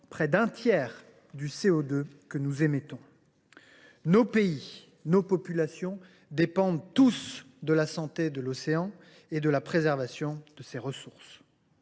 près d’un tiers du CO2 que nous émettons. Nos pays, nos populations dépendent tous de sa santé et de la préservation de ses ressources.